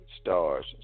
stars